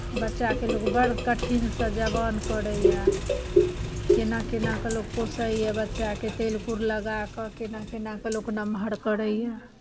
बच्चाकेँ लोक बड़ कठिनसँ जवान करैए केना केनाके लोक पोसैए बच्चाके तेल कुर लगा कऽ केना केनाके लोक नम्हर करैए